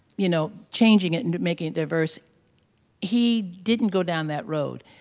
you know, changing it and making it diverse he didn't go down that road.